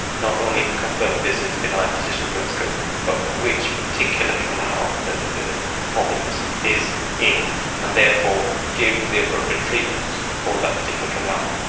not only confirming this is benign positional vertigo but which particular canal that the problem is in in and therefore give the appropriate treatment for that particular canal.